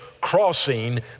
crossing